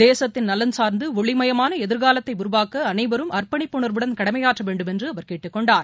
தேசத்தின் நலன் சார்ந்துஒளிமயமானஎதிர்காலத்தைஉருவாக்கஅனைவரும் அர்ப்பணிப்பு உணர்வுடன் கடமையாற்றவேண்டும் என்றுஅவர் கேட்டுக்கொண்டார்